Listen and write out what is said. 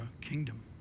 kingdom